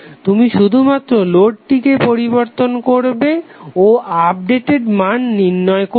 তুমি শুধুমাত্র লোডটিকে পরিবর্তন করবে ও আপডেটেড মান নির্ণয় করবে